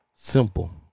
Simple